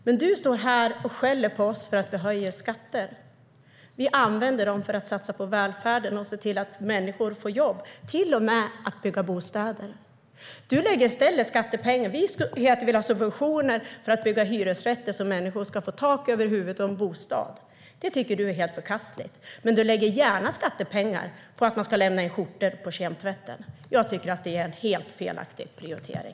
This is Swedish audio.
Jakob Forssmed står och skäller på oss för att vi höjer skatter. Vi använder dem till att satsa på välfärden, till att se till att människor får jobb och till och med till att bygga bostäder. Vi vill ha subventioner för att det ska byggas hyresrätter så att människor får tak över huvudet, får en bostad. Det tycker du är helt förkastligt, men du lägger gärna skattepengar på att lämna in skjortor på kemtvätten. Jag tycker att det är en helt felaktig prioritering.